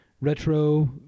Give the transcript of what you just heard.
retro